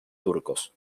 turcos